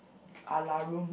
ala room